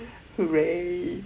hooray